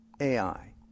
AI